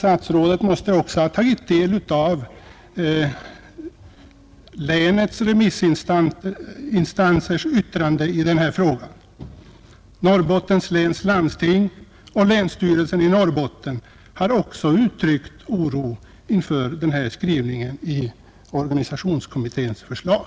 Statsrådet måste väl också ha tagit del av yttrandena från länets remissinstanser i denna fråga; även Norrbottens läns landsting och länsstyrelsen i Norrbotten har uttryckt oro inför denna skrivning i organisationskommitténs förslag.